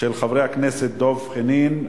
של חברי הכנסת דב חנין,